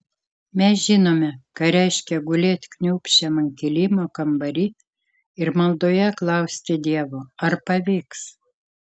mes žinome ką reiškia gulėt kniūbsčiam ant kilimo kambary ir maldoje klausti dievo ar pavyks